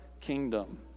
kingdom